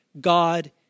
God